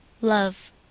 Love